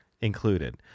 included